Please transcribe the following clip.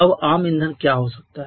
अब आम ईंधन क्या हो सकता है